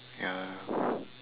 ya